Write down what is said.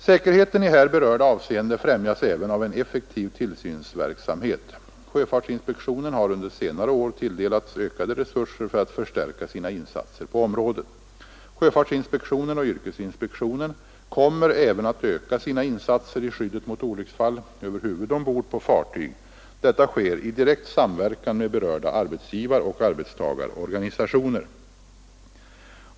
Säkerheten i här berörda avseende främjas även av en effektiv tillsynsverksamhet. Sjöfartsinspektionen har under senare år tilldelats ökade resurser för att förstärka sina insatser på området. Sjöfartsinspektionen och yrkesinspektionen kommer även att öka sina insatser i skyddet mot olycksfall över huvud ombord på fartyg. Detta sker i direkt samverkan med berörda arbetsgivaroch arbetstagarorganisationer.